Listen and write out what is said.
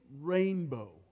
rainbow